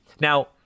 Now